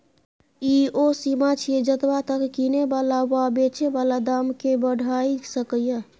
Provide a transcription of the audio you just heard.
ई ओ सीमा छिये जतबा तक किने बला वा बेचे बला दाम केय बढ़ाई सकेए